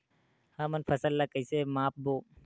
हमन फसल ला कइसे माप बो?